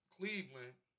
Cleveland